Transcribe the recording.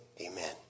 amen